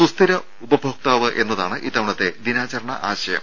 സുസ്ഥിര ഉപഭോക്താവ് എന്നതാണ് ഇത്തവണത്തെ ദിനാചരണ ആശയം